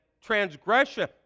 transgression